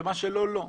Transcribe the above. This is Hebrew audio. למה שלא לא.